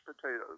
potatoes